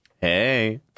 Hey